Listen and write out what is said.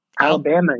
Alabama